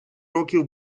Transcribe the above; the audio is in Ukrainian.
років